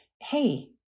hey